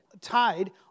tied